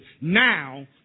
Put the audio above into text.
Now